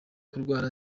kurwara